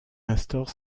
instaure